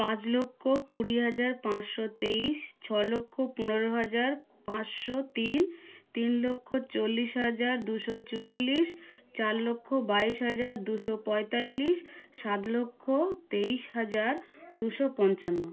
পাঁচ লক্ষ কুড়ি হাজার পাঁচশো তেইশ ছ লক্ষ পনেরো হাজার পাঁচশো তিন তিন লক্ষ চল্লিশ হাজার দুশো চুয়াল্লিশ চার লক্ষ বাইশ হাজার দুশো পঁয়তাল্লিশ সাত লক্ষ তেইশ হাজার দুশো পঞ্চান্ন